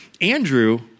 Andrew